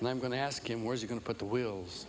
and i'm going to ask him where is he going to put the wheels